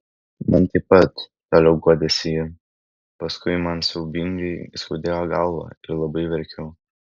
man taip pat toliau guodėsi ji paskui man siaubingai skaudėjo galvą ir labai verkiau